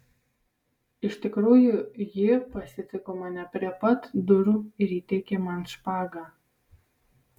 iš tikrųjų ji pasitiko mane prie pat durų ir įteikė man špagą